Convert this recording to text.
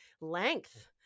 length